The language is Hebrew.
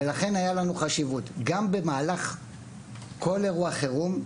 גם במהלך כל אירוע חרום,